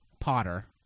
Potter